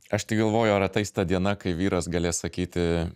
aš tai galvoju ar ateis ta diena kai vyras galės sakyti